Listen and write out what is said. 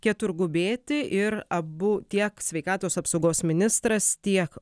keturgubėti ir abu tiek sveikatos apsaugos ministras tiek